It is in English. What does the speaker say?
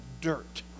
dirt